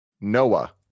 Noah